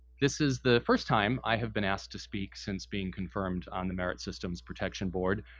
this is the first time i have been asked to speak, since being confirmed on the merit systems protection board.